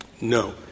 No